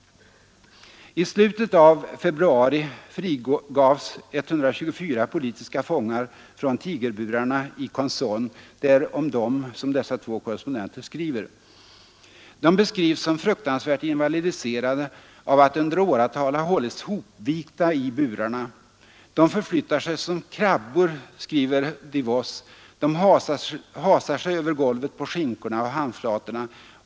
I slutet av februari frigavs 124 politiska fångar från tigerburarna i Con Son, och det är om dem dessa två korrespondenter skriver. De beskrivs som fruktansvärt invalidiserade av att under åratal ha hållits hopvikta i burarna. De förflyttar sig som krabbor, skriver DeVoss. De hasar sig över golvet på skinkorna och handflatorna.